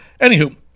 anywho